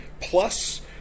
plus